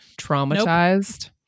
traumatized